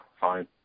fine